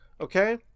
okay